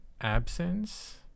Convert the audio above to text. absence